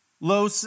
low